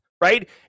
right